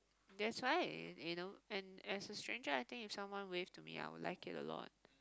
that's why you know and as a stranger I think if someone wave to me I would like it a lot